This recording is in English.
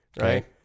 right